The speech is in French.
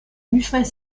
muffins